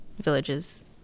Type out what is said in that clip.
villages